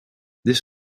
this